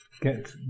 get